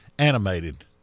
animated